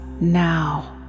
now